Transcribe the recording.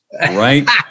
right